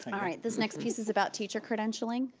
and alright, this next piece is about teacher credentialing,